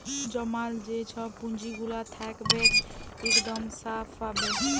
জমাল যে ছব পুঁজিগুলা থ্যাকবেক ইকদম স্যাফ ভাবে